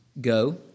Go